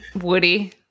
Woody